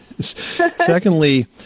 Secondly